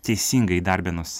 teisingai įdarbinus